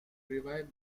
revive